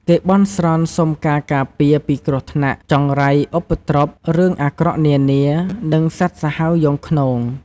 គេបន់ស្រន់សុំការការពារ ពីគ្រោះថ្នាក់ ចង្រៃឧបទ្រព រឿងអាក្រក់នានា និងសត្វសាហាវយង់ឃ្នង។